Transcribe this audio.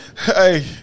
Hey